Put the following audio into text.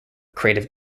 creative